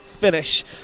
finish